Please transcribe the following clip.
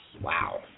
Wow